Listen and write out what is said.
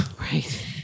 Right